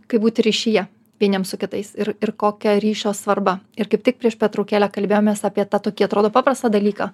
kaip būti ryšyje vieniems su kitais ir ir kokia ryšio svarba ir kaip tik prieš pertraukėlę kalbėjomės apie tą tokį atrodo paprastą dalyką